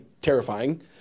terrifying